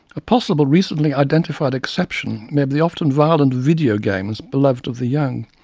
a possible recently-identified exception may be the often violent video games beloved of the young,